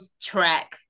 track